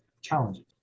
challenges